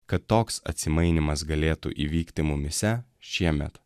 kad toks atsimainymas galėtų įvykti mumyse šiemet